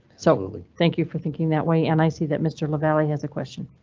so like thank you for thinking that way, and i see that mr. lavalley has a question.